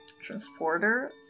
transporter